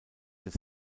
des